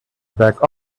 back